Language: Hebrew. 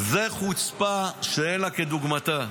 זו חוצפה שאין כדוגמתה.